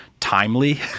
Timely